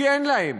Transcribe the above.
כי אין להם,